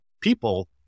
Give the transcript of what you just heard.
people